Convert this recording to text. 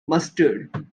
mustard